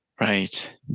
right